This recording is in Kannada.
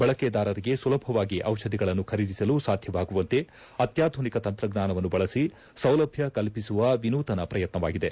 ಬಳಕೆದಾರರಿಗೆ ಸುಲಭವಾಗಿ ದಿಷಧಿಗಳನ್ನು ಖರೀದಿಸಲು ಸಾಧ್ಯವಾಗುವಂತೆ ಅತ್ಲಾಧುನಿಕ ತಂತ್ರಜ್ವಾನವನ್ನು ಬಳಬಿ ಸೌಲಭ್ಣ ಕಲ್ಪಿಸುವ ವಿನೂತನ ಪ್ರಯತ್ನವಾಗಿದೆ